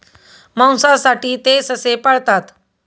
मांसासाठी ते ससे पाळतात